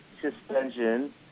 suspension